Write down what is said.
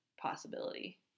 possibility